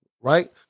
Right